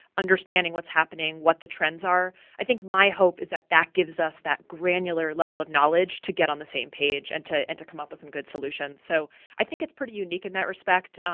understanding what's happening, what the trends are. i think my hope is that that gives us that granular level of knowledge to get on the same page and to and to come up with some good solutions. so i think it's pretty unique in that respect,